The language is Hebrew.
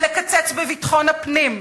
ולקצץ בביטחון הפנים,